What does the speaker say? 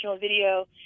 video